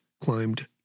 climbed